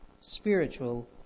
spiritual